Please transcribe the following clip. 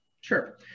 Sure